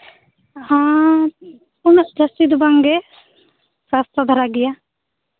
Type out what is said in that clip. ᱦᱮᱸ ᱩᱱᱟᱹᱜ ᱡᱟᱹᱥᱛᱤ ᱫᱚ ᱵᱟᱝᱜᱮ ᱫᱷᱟᱨᱟ ᱜᱮᱭᱟ